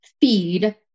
feed